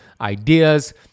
ideas